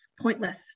pointless